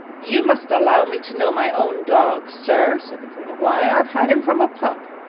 you must allow me to know my own dog, sir said the colonel. why, i've had him from a pup.